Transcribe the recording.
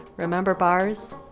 remember bars?